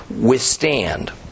withstand